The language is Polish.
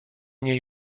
mnie